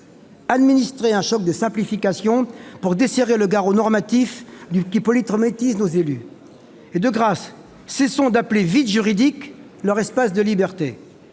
d'administrer un choc de simplification pour desserrer le garrot normatif qui polytraumatise nos élus. De grâce, cessons d'appeler « vides juridiques » leurs espaces de liberté